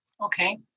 Okay